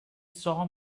saw